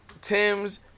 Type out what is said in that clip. Tim's